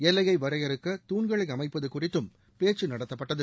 எல்லையை வரையறுக்க தூண்களை அமைப்பது குறித்தும் பேச்சு நடத்தப்பட்டது